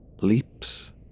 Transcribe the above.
leaps